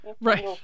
Right